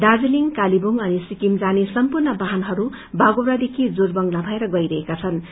दार्जीलिङ कालेबुङ अनि सिक्किम जाने सम्पूण वाहनहरू बागौंडा देखि जोरबंगला भएर गई रहेका छनृ